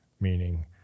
meaning